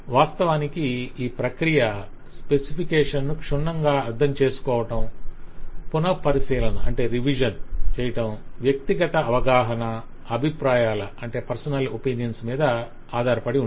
వాస్తవానికి ఈ ప్రక్రియ స్పెసిఫికేషన్ ను క్షుణ్ణంగా అర్ధంచేసుకోవటం పునఃపరిశీలన వ్యక్తిగత అవగాహన అభిప్రాయాల మీద ఆధారపడి ఉంటుంది